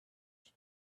she